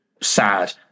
sad